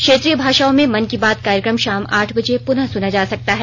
क्षेत्रीय भाषाओं में मन की बात कार्यक्रम शाम आठ बजे पुनः सुना जा सकता है